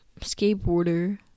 skateboarder